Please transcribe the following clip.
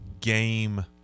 game